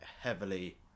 heavily